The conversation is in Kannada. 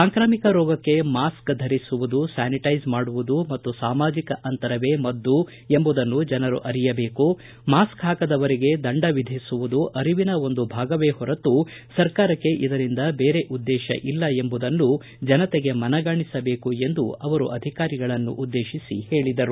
ಸಾಂಕ್ರಾಮಿಕ ರೋಗಕ್ಕೆ ಮಾಸ್ಕ್ ಧರಿಸುವುದು ಸ್ಥಾನಿಟೈಸ್ ಮಾಡುವುದು ಮತ್ತು ಸಾಮಾಜಿಕ ಅಂತರವೇ ಮದ್ದು ಎಂಬುದನ್ನು ಜನರು ಅರಿಯಬೇಕು ಮಾಸ್ಕ್ ಹಾಕದವರಿಗೆ ದಂಡ ವಿಧಿಸುವುದು ಅರಿವಿನ ಒಂದು ಭಾಗವೇ ಹೊರತು ಸರ್ಕಾರಕ್ಷೆ ಇದರಿಂದ ಬೇರೆ ಉದ್ದೇಶ ಇಲ್ಲ ಎಂಬುದನ್ನು ಜನತೆಗೆ ಮನಗಾಣಿಸಬೇಕು ಎಂದು ಅವರು ಅಧಿಕಾರಿಗಳನ್ನು ಉದ್ದೇಶಿಸಿ ಹೇಳಿದರು